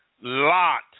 Lot